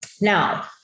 Now